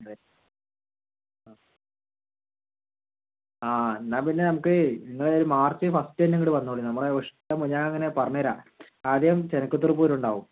അതെ ആ ആ എന്നാൽ പിന്നെ നമുക്ക് നിങ്ങള് ഒര് മാർച്ച് ഫസ്റ്റിന് തന്നെ ഇങ്ങട് വന്നോളിന് നമ്മള് ഇഷ്ടംപ്പോലെ ഞാ ഇങ്ങനെ പറഞ്ഞ് തരാം ആദ്യം ചെനക്കുത്തൂർ പൂരം ഉണ്ടാവും